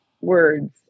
words